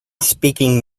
speaking